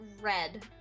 red